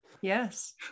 Yes